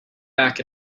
back